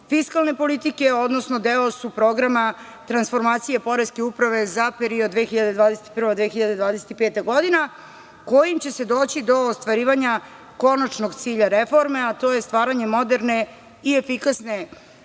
fiskalne politike, odnosno deo su programa transformacije poreske uprave za period 2021/2025. godina kojim će se doći do ostvarivanja konačnog cilja reforme, a to je stvaranje moderne i efikasne